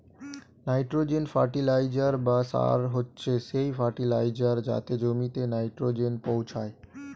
nitrogen fertiliser বা সার হচ্ছে সেই ফার্টিলাইজার যাতে জমিতে নাইট্রোজেন পৌঁছায়